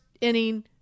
inning